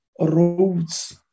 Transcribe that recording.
roads